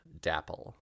Dapple